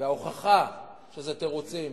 וההוכחה שזה תירוצים